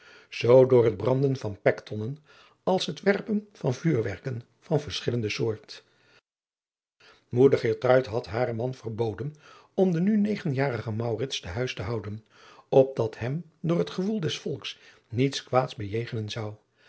zoo door het branden van pektonnen als het werpen van vuurwerken van verschillende soort moeder geertruid had haren man verbeden om den nu negenjarigen maurits te huis te houden opdat hem door het gewoel des volks niets kwaads bejegenen zou